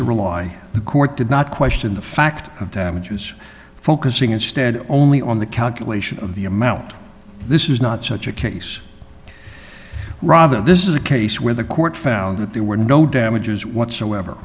to rely the court did not question the fact of damages focusing instead on only on the calculation of the amount this is not such a case rather this is a case where the court found that there were no damages whatsoever